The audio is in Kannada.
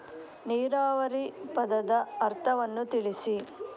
ನೀರಾವರಿ ಪದದ ಅರ್ಥವನ್ನು ತಿಳಿಸಿ?